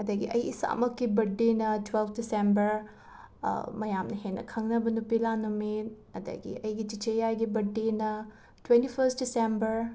ꯑꯗꯒꯤ ꯑꯩ ꯏꯁꯥꯃꯛꯀꯤ ꯕꯔꯠꯗꯦꯅ ꯇ꯭ꯋꯦꯜꯞ ꯗꯤꯁꯦꯝꯕꯔ ꯃꯌꯥꯝꯅ ꯍꯦꯟꯅ ꯈꯪꯅꯕ ꯅꯨꯄꯤ ꯂꯥꯟ ꯅꯨꯃꯤꯠ ꯑꯗꯒꯤ ꯑꯩꯒꯤ ꯆꯤꯆꯦꯌꯥꯏꯒꯤ ꯕꯔꯠꯗꯦꯅ ꯇꯣꯏꯟꯇꯤ ꯐꯁ ꯗꯤꯁꯦꯝꯕꯔ